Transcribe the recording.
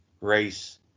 race